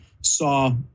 saw